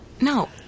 No